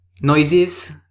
Noises